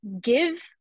give